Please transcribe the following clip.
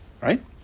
right